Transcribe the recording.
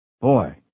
Boy